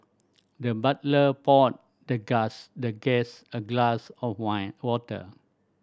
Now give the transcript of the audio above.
the butler poured the the guess a glass of wine water